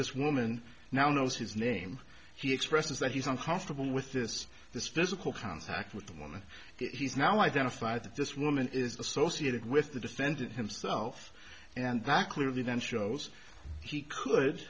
this woman now knows his name he expresses that he's uncomfortable with this this physical contact with the woman he's now identified that this woman is associated with the defendant himself and that clearly then shows he could